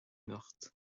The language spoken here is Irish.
anocht